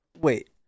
Wait